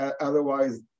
otherwise